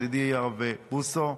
ידידי הרב בוסו,